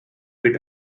with